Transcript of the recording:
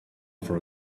for